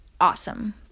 Awesome